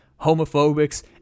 homophobics